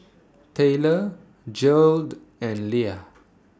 Tayler Gearld and Leah